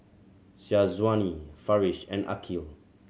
Syazwani Farish and Aqil